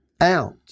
out